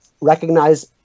recognize